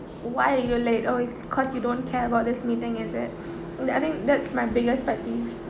why are you late oh it's cause you don't care about this meeting is it that I think that's my biggest pet peeves